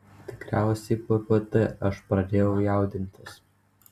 tikriausiai ppt aš pradėjau jaudintis